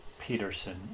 Peterson